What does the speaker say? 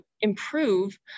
improve